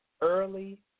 Early